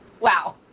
Wow